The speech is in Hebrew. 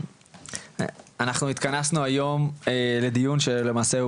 אנחנו התכנסנו היום לדיון שלמעשה הוא